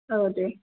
औ दे